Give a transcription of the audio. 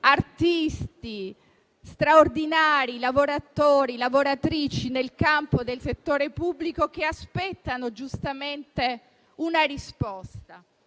artisti straordinari, lavoratori e lavoratrici nel campo del settore pubblico che aspettano giustamente una risposta.